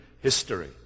history